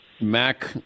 Mac